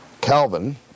Calvin